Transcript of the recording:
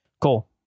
Cool